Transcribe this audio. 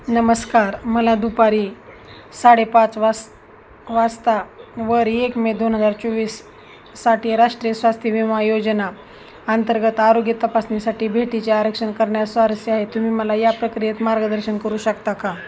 नमस्कार मला दुपारी साडेपाच वास वाजतावर एक मे दोन हजार चोवीससाठी राष्ट्रीय स्वास्थ्य विमा योजना अंतर्गत आरोग्य तपासणीसाठी भेटीचे आरक्षण करण्यात स्वारस्य आहे तुम्ही मला या प्रक्रियेत मार्गदर्शन करू शकता का